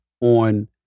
on